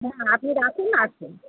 হ্যাঁ আপনি রাখুন আসুন